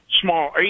small